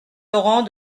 laurent